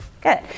Good